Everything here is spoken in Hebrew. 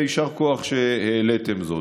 יישר כוח שהעליתם זאת.